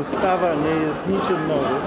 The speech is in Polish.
ustawa nie jest niczym nowym.